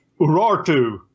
Urartu